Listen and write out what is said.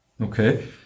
Okay